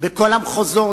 בכל המחוזות,